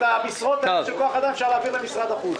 את המשרות האלה של כוח אדם אפשר להעביר למשרד החוץ.